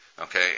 okay